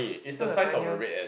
is not the tiny one